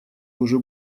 уже